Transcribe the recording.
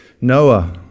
Noah